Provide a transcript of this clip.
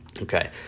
Okay